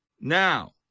Now